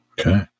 Okay